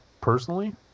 personally